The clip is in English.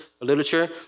literature